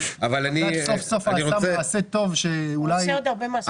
בג"ץ סוף סוף עשה מעשה טוב שאולי ישמור על כבודו.